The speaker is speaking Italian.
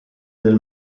del